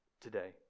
today